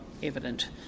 evident